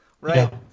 Right